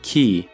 Key